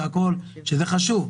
שזה חשוב,